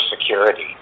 security